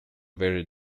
very